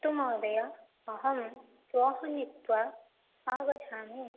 अस्तु महोदय अहं श्वः नीत्वा आगच्छामि